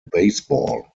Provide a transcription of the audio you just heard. baseball